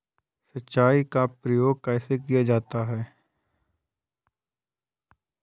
सिंचाई का प्रयोग कैसे किया जाता है?